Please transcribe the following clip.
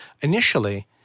Initially